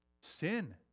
Sin